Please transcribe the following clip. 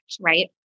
right